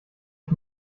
ich